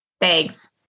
Thanks